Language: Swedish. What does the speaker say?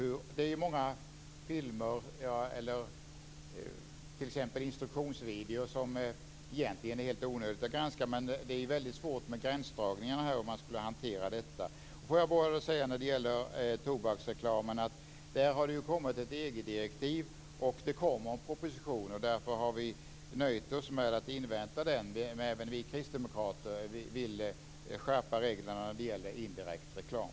Det är många filmer, t.ex. instruktionsvideor, som det egentligen är helt onödigt att granska, och det skulle bli väldigt svårt med gränsdragningen i fråga om att hantera detta. Får jag bara säga när det gäller tobaksreklamen att det har kommit ett EG-direktiv och att det kommer en proposition, och därför har vi nöjt oss med att invänta den. Även vi kristdemokrater vill skärpa reglerna när det gäller indirekt reklam.